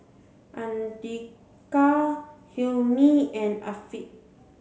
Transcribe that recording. Andika Hilmi and Afiq